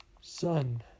Son